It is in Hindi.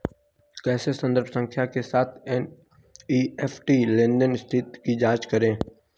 कैसे संदर्भ संख्या के साथ एन.ई.एफ.टी लेनदेन स्थिति की जांच करें?